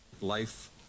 Life